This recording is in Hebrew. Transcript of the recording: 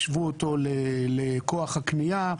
השוו אותו לכוח הקנייה,